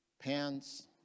pants